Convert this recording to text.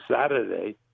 Saturday